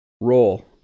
Roll